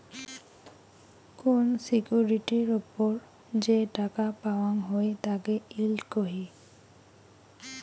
কোন সিকিউরিটির ওপর যে টাকা পাওয়াঙ হই তাকে ইল্ড কহি